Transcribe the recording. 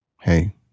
hey